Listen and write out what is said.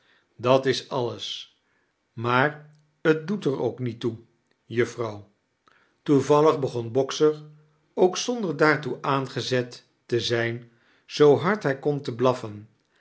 dat is alles maar t doet er ook niet toe juffrouw toevallag begon boxer ook zonder daartoe aangezet te zijn zoo hard hij kon te blaffen